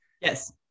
Yes